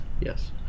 yes